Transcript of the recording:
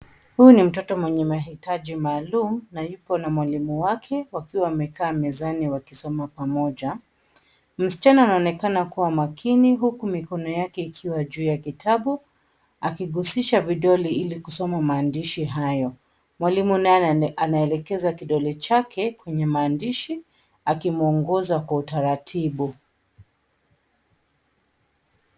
Huu ni mtoto mwenye mahitaji maalum na yupo na mwalimu wake wakiwa wamekaa mezani wakisoma pamoja, msichana anaonekana kuwa makini huku mikono yake ikiwa juu ya kitabu, akigusisha vidole ili kusoma maandishi hayo, mwalimu naye anaelekeza kidole chake kwenye maandishi, akimwongoza kwa utaratibu.